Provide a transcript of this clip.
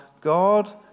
God